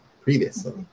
previously